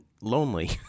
lonely